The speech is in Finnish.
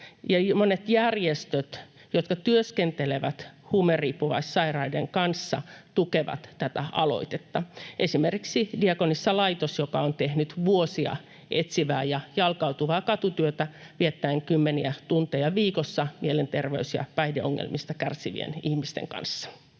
monet järjestöt, jotka työskentelevät huumeriippuvaissairaiden kanssa, tukevat tätä aloitetta — esimerkiksi Diakonissalaitos, joka on tehnyt vuosia etsivää ja jalkautuvaa katutyötä viettäen kymmeniä tunteja viikossa mielenterveys- ja päihdeongelmista kärsivien ihmisten kanssa.